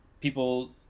people